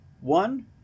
One